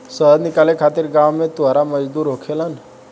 शहद निकाले खातिर गांव में तुरहा मजदूर होखेलेन